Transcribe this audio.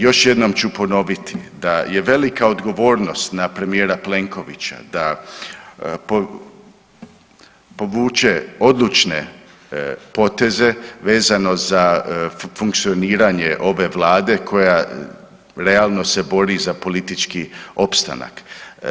Još jednom ću ponoviti da je velika odgovornost na premijera Plenkovića da povuče odlučne poteze vezano za funkcioniranje ove vlade koja realno se bori za politički opstanak.